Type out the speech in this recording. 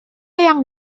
yang